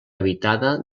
habitada